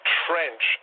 trench